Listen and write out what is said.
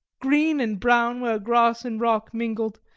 green and brown where grass and rock mingled,